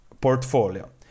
portfolio